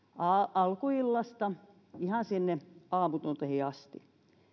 alkuillasta ihan sinne aamutunteihin asti